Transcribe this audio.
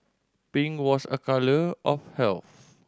pink was a colour of health